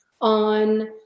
on